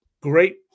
Great